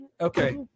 Okay